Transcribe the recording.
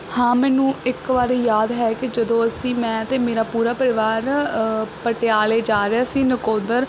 ਹਾਂ ਮੈਨੂੰ ਇੱਕ ਵਾਰੀ ਯਾਦ ਹੈ ਕਿ ਜਦੋਂ ਅਸੀਂ ਮੈਂ ਅਤੇ ਮੇਰਾ ਪੂਰਾ ਪਰਿਵਾਰ ਪਟਿਆਲੇ ਜਾ ਰਿਹਾ ਸੀ ਨਕੋਦਰ